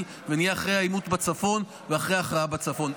ונהיה אחרי העימות בצפון ואחרי הכרעה בצפון.